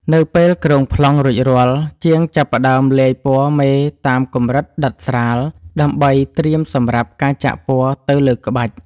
នៅពេលគ្រោងប្លង់រួចរាល់ ជាងចាប់ផ្ដើមលាយពណ៌មេតាមកម្រិតដិតស្រាល ដើម្បីត្រៀមសម្រាប់ការចាក់ពណ៌ទៅលើក្បាច់។